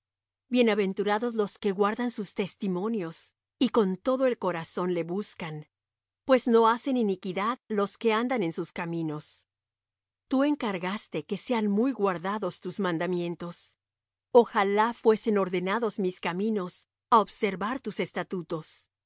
bienaventurados los que guardan sus testimonios y con todo el corazón le buscan pues no hacen iniquidad los que andan en sus caminos tú encargaste que sean muy guardados tus mandamientos ojalá fuesen ordenados mis caminos a observar tus estatutos